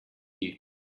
you